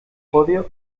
podio